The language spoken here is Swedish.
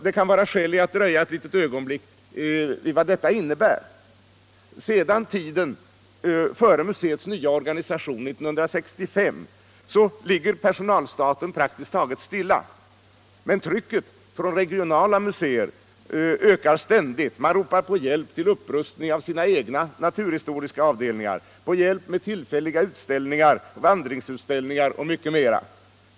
Det kan vara skäl i att dröja ett ögonblick vid vad detta innebär. Sedan tiden före museets nya organisation, 1965, ligger personalstaten praktiskt taget stilla. Men trycket från regionala museer ökar ständigt; man ropar på hjälp till upprustning av sina egna naturhistoriska avdelningar, på hjälp med tillfälliga utställningar, vandringsutställningar och mycket annat.